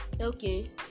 Okay